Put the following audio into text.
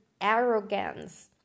arrogance